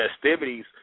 festivities